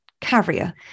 carrier